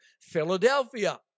Philadelphia